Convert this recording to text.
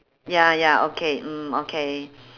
ya ya okay mm okay